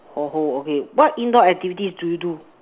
!oho! okay what indoor activities do you do